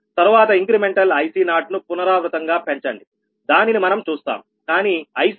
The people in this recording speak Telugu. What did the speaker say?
తరువాత ఇంక్రెమెంటల్ IC0ను పునరావృతం గా పెంచండి దానిని మనం చూస్తాం కానీ ICIC0IC